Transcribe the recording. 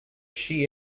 she